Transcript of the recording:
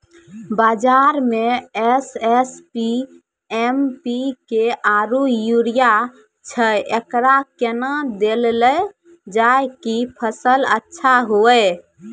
बाजार मे SSP, MPK आरु यूरिया छैय, एकरा कैना देलल जाय कि फसल अच्छा हुये?